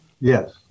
Yes